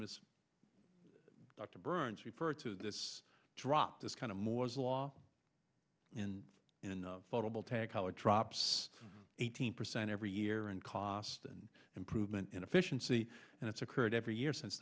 miss dr burns referred to this drop this kind of moore's law and in photovoltaic how it drops eighteen percent every year and cost and improvement in efficiency and it's occurred every year since